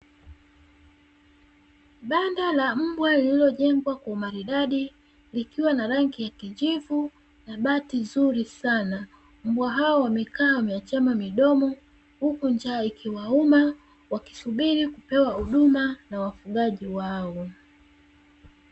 Banda la mbwa lililojengwa kwa umaridadi likiwa na rangi ya kijivu na bati zuri sana. Mbwa hao wamekaa wameachama midomo huku njaa ikiwauma wakisubiri kupewa huduma na wafugaji wao.